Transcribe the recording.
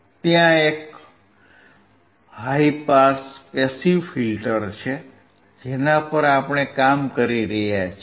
ત્યાં એક high pass passive filter છે જેના પર આપણે કામ કરી રહ્યા છીએ